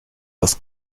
das